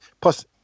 plus